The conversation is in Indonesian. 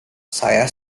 saya